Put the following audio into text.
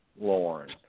Lauren